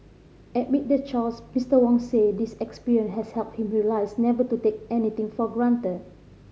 amid the chaos Mister Wong said this experience has helped him realise never to take anything for granted